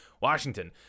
Washington